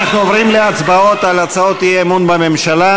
אנחנו עוברים להצבעות על הצעות האי-אמון בממשלה.